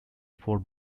four